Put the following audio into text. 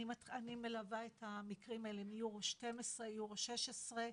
אני מלווה את המקרים האלה מיורו 2012, 2016,